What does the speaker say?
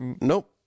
nope